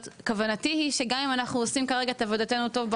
כוונתי היא שגם אם אנחנו עושים כרגע את עבודתנו טוב,